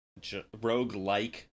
roguelike